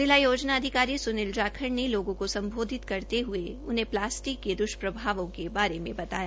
जिला योजना अधिकारी सुनील जाखड़ ने लोगों को सम्बोधित करते उन्हें प्लास्टिक के दुष्प्रभावों के बारे में बताया